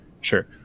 sure